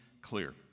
clear